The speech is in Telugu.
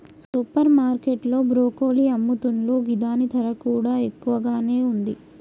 సూపర్ మార్కెట్ లో బ్రొకోలి అమ్ముతున్లు గిదాని ధర కూడా ఎక్కువగానే ఉంది